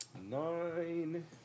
Nine